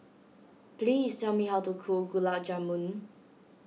please tell me how to cook Gulab Jamun